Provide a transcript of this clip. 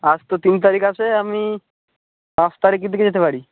আজ তো তিন তারিখ আছে আমি পাঁচ তারিখের দিকে যেতে পারি